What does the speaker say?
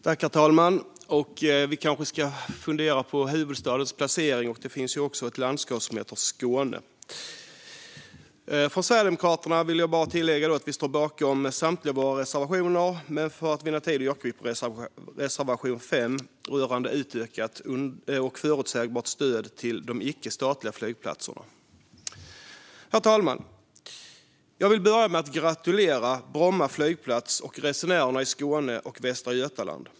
Herr talman! Vi kanske ska fundera på huvudstadens placering. Det finns ju också ett landskap som heter Skåne. Från Sverigedemokraterna vill jag tillägga att vi står bakom samtliga våra reservationer, men för att vinna tid yrkar jag bifall endast till reservation 5 rörande utökat och förutsägbart stöd till de icke-statliga flygplatserna. Herr talman! Jag vill börja med att gratulera Bromma flygplats och resenärerna i Skåne och Västra Götaland.